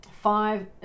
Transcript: Five